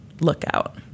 lookout